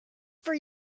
for